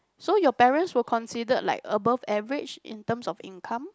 so your parents will consider like above average in terms of income